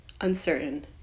uncertain